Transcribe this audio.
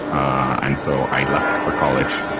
and so i left for college.